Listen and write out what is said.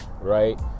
right